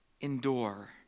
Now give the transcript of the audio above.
endure